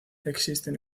existen